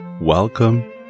Welcome